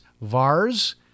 VARS